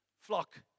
Flock